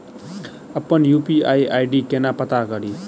अप्पन UPI ID केना पत्ता कड़ी?